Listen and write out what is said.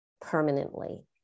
permanently